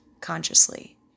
consciously